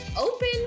open